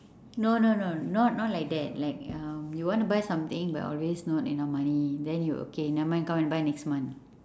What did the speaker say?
no no no not not like that like um you want to buy something but always not enough money then you okay never mind come and buy next month